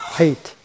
hate